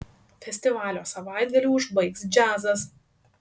festivalio savaitgalį užbaigs džiazas